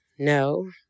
No